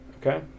okay